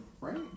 right